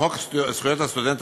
חוק זכויות הסטודנט,